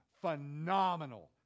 phenomenal